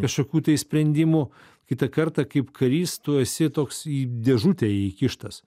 kažkokių tai sprendimų kitą kartą kaip karys tu esi toks į dėžutę įkištas